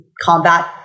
combat